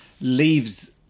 leaves